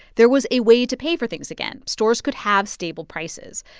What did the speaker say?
there was a way to pay for things again. stores could have stable prices.